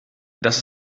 das